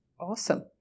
Awesome